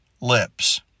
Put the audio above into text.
lips